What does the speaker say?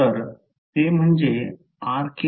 तर ते म्हणजे Rk0k12pk≠j